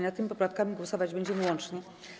Nad tymi poprawkami głosować będziemy łącznie.